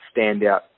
standout